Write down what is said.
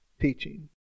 teaching